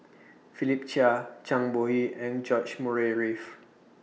Philip Chia Zhang Bohe and George Murray Reith